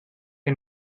que